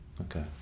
Okay